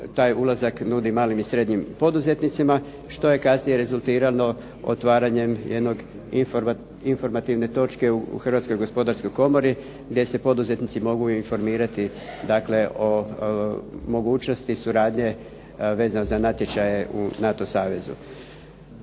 taj ulazak nudi malim i srednjim poduzetnicima što je kasnije rezultiralo otvaranjem jedne informativne točke u Hrvatskoj gospodarskoj komori gdje se poduzetnici mogu informirati o mogućnosti suradnje vezano za natječaje u NATO savezu.